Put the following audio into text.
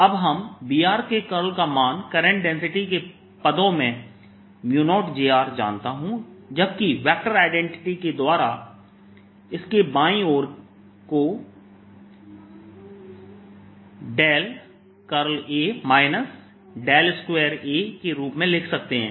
अब हम B के कर्ल का मान करंट डेंसिटी के पदों में 0j जानता हूं जबकि वेक्टर आईडेंटिटी के द्वारा इसके बाएं ओर को A 2A के रूप में लिख सकते हैं